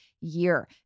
year